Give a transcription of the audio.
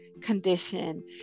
condition